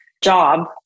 job